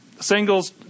singles